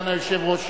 סגן היושב-ראש,